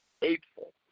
hateful